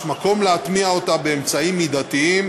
ויש מקום להטמיע אותה באמצעים מידתיים,